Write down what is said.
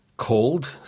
cold